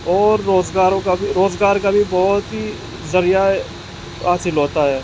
اور روزگاروں کا بھی روزگار کا بھی بہت ہی ذریعہ ہے حاصل ہوتا ہے